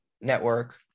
Network